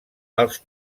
els